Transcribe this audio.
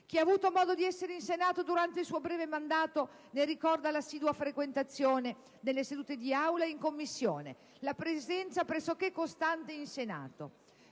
Chi ha avuto modo di essere in Senato durante il suo breve mandato ne ricorda l'assidua frequentazione delle sedute di Aula e Commissione, la presenza pressocchè costante in Senato.